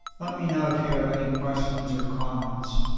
let me know if you have any questions or comments.